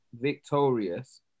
victorious